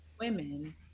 women